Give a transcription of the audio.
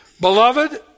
Beloved